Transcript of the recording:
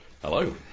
Hello